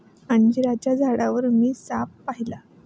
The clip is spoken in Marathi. अंजिराच्या झाडावर मी साप पाहिला